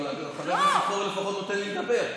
אבל חבר הכנסת פורר לפחות נותן לי לדבר.